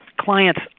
clients